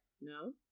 No